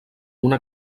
una